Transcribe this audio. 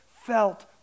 felt